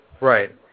Right